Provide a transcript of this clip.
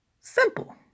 Simple